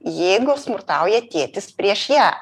jeigu smurtauja tėtis prieš ją